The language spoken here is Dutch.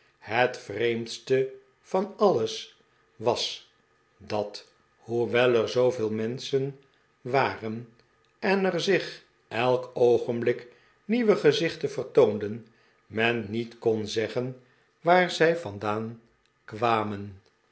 het vreemdste van alles was dat hoewel er zooveel menschen waren en er zich elk oogenblik nieuwe gezichten vertoonden men niet kon zeggen waar zij vandaan kwamen